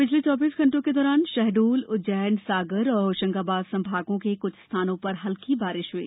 पिछले चौबीस घण्टों के दौरान शहडोल उज्जैन सागर और होशंगाबाद संभागों के कुछ स्थानो पर हल्की बारिश हुई